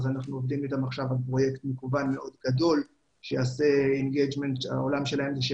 אנחנו עובדים אתם עכשיו על פרויקט מאוד גדול שיעשה אינג'מנט שם.